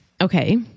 Okay